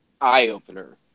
eye-opener